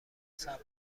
ثبت